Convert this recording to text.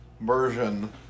version